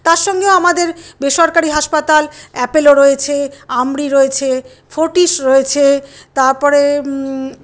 তার সঙ্গেও আমাদের বেসরকারি হাসপাতাল অ্যাপেলো রয়েছে আমরি রয়েছে ফরটিস রয়েছে তারপরে